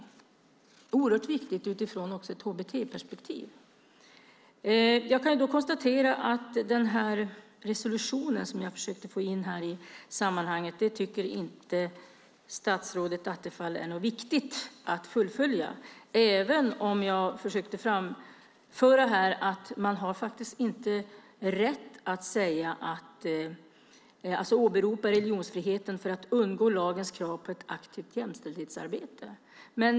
Det är oerhört viktigt också utifrån ett hbt-perspektiv. Jag kan konstatera att den resolution som jag försökte få in i sammanhanget inte är något som statsrådet Attefall tycker är viktigt att fullfölja, även om jag försökte framföra att man faktiskt inte har rätt att åberopa religionsfriheten för att undgå lagens krav på ett aktivt jämställdhetsarbete.